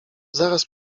zaraz